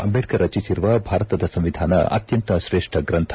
ಅಂಬೇಡ್ಕರ್ ರಚಿಸಿರುವ ಭಾರತದ ಸಂವಿಧಾನ ಅತ್ಯಂತ ಶ್ರೇಷ್ಠ ಗ್ರಂಥ